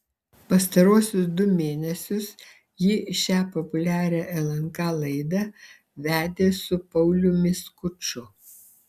pastaruosius du mėnesius ji šią populiarią lnk laidą vedė su pauliumi skuču